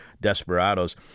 Desperados